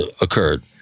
occurred